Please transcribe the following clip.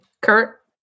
Kurt